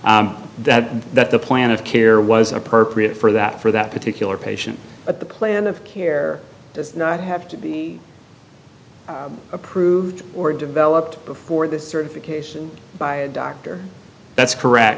fine that that the plan of care was appropriate for that for that particular patient but the plan of care does not have to be approved or developed before the certification by a doctor that's correct